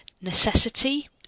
necessity